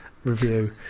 review